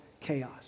chaos